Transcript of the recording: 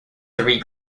three